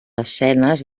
escenes